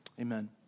Amen